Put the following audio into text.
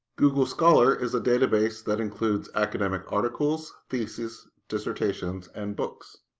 google scholar is a database that includes academic articles, theses, dissertations, and books.